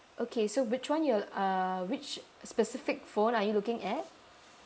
okay so which one you will uh which specific phone are you looking at